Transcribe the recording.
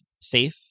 safe